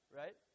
right